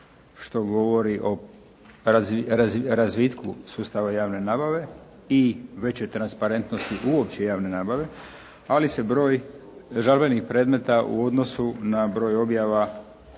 što govori o razvitku sustava javne nabave i većoj transparentnosti uopće javne nabave, ali se broj žalbenih predmeta u odnosu na broj objava